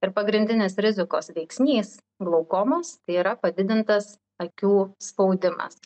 ir pagrindinis rizikos veiksnys glaukomos tai yra padidintas akių spaudimas